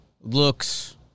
looks